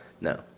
no